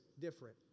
different